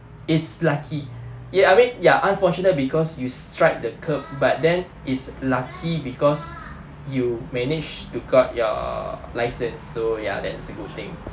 it's lucky ya I mean ya unfortunate because you strike the curb but then is lucky because you managed to got your license so ya that's a good thing